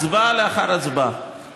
הצבעה לאחר הצבעה.